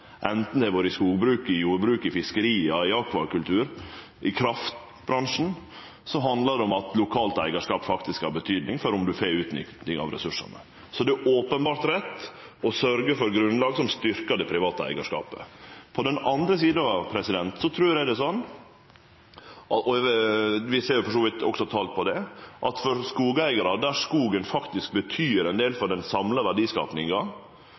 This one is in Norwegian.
det har vore i skogbruket, i jordbruket, i fiskeria, i akvakultur eller i kraftbransjen, handlar det om at lokalt eigarskap faktisk har betydning for om ein får utnytta ressursane. Det er openbert rett å sørgje for grunnlag som styrkjer den private eigarskapen. På den andre sida trur eg det er sånn – vi ser for så vidt også tal på det – at for skogeigarar der skogen faktisk betyr ein del for den samla verdiskapinga,